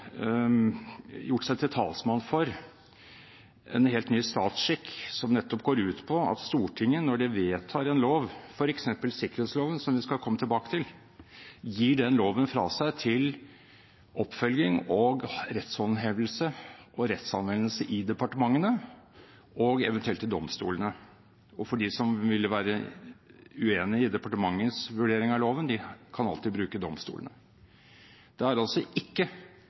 gjort seg til talsmann for en helt ny statsskikk. Dette går ut på følgende: Stortinget, når de vedtar en lov, f.eks. sikkerhetsloven, som vi skal komme tilbake til, gir den loven fra seg til oppfølging, rettshåndhevelse og rettsanvendelse i departementene og eventuelt i domstolene. De som ville være uenig i departementets vurdering av loven, kan alltid bruke domstolene. Det er altså ikke